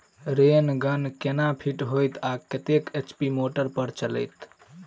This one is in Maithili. रेन गन केना फिट हेतइ आ कतेक एच.पी मोटर पर चलतै?